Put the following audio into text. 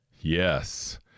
Yes